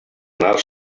anar